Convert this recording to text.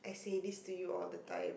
say this to you all the time